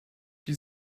die